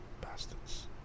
Bastards